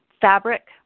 fabric